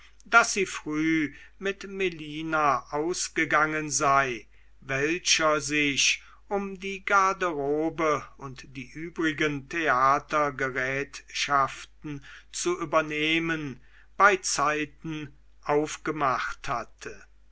daß sie früh mit melina ausgegangen sei welcher sich um die garderobe und die übrigen theatergerätschaften zu übernehmen beizeiten aufgemacht hatte